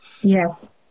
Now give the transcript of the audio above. Yes